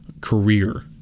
Career